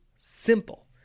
simple